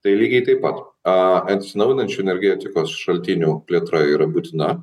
tai lygiai taip pat a atsinaujinančių energetikos šaltinių plėtra yra būtina